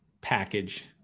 package